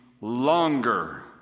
longer